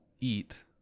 eat